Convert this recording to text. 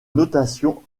notation